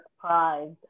surprised